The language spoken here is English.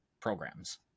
programs